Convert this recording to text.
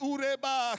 Ureba